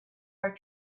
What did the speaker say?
are